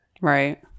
Right